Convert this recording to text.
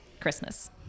Christmas